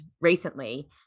recently